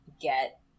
get